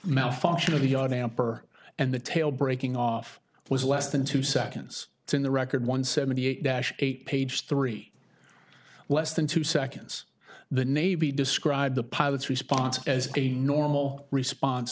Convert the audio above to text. malfunction of the yacht amp or and the tail breaking off was less than two seconds in the record one seventy eight dash eight page three less than two seconds the navy described the pilot's response as a normal response